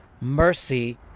mercy